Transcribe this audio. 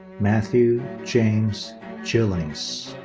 matthew james gillings.